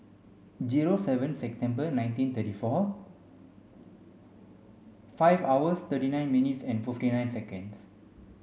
zero seven September nineteen thirty four five hours thirty nine minutes and fifty nine seconds